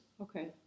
Okay